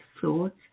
thoughts